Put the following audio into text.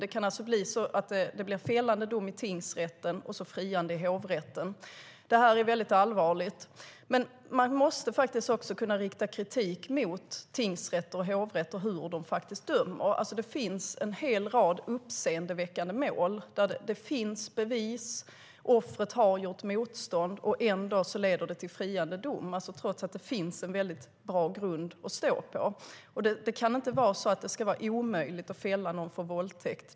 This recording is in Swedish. Det kan alltså bli så att det blir en fällande dom i tingsrätten men en friande dom i hovrätten. Det är väldigt allvarligt. Man måste faktiskt också kunna rikta kritik mot hur tingsrätter och hovrätter dömer. Det finns en rad uppseendeväckande mål där det finns bevis, offret har gjort motstånd och det finns en bra grund för åtalet, men ändå blir det friande dom. Det ska inte vara omöjligt att fälla någon för våldtäkt.